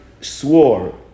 swore